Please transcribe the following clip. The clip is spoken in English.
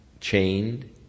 chained